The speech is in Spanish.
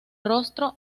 rostro